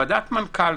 ועדת מנכ"לים.